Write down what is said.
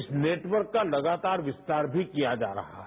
इस नेटवर्क का लगातार विस्तार भी किया जा रहा है